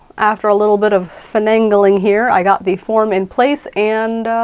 after a little bit of finagling here, i got the form in place. and